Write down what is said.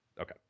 Okay